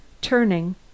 TURNING